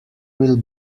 will